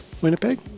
Winnipeg